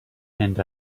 and